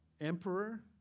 Emperor